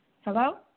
Hello